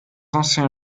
anciens